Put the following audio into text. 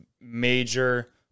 major